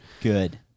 Good